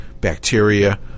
bacteria